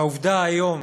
והעובדה היום